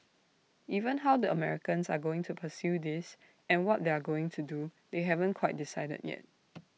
even how the Americans are going to pursue this and what they're going to do they haven't quite decided yet